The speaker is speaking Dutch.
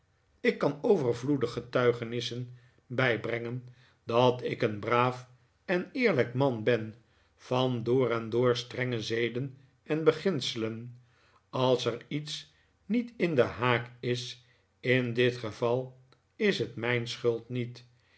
ik kan overvloedig getuigenissen bijbrengen dat ik een braaf en eerlijk man ben van door en door strenge zeden en beginselen als er iets niet in den haak is in dit geval is het mijn schuld niet